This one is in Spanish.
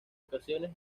ocasiones